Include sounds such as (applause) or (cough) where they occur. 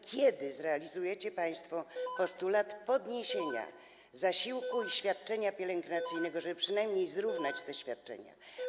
Kiedy zrealizujecie państwo postulat (noise) podniesienia zasiłku i świadczenia pielęgnacyjnego, żeby przynajmniej zrównać te świadczenia?